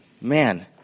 Man